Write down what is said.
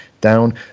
down